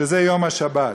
שזה יום השבת.